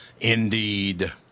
Indeed